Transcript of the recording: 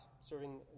serving